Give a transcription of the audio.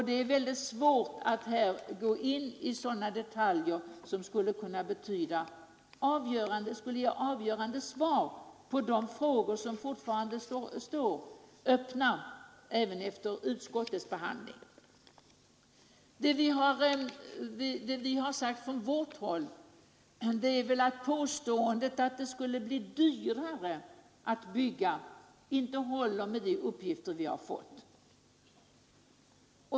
Det är mycket svårt att här gå in på sådana detaljer som skulle kunna ge avgörande svar på de frågor som fortfarande står öppna efter utskottets behandling. Vi har sagt att påståendet att runda huset skulle bli dyrare inte håller mot bakgrund av de uppgifter vi har fått.